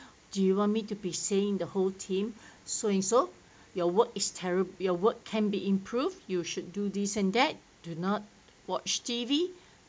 do you want me to be saying the whole thing so and so your work is terror your work can be improve you should do this and that do not watch T_V